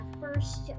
first